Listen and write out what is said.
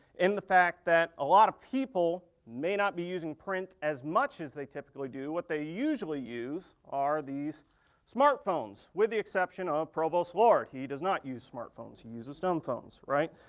in the fact that a lot of people may not be using print as much as they typically do, what they usually use are these smart phones. with the exception of provost lord, he does not use smart phones, he uses dumb phones right?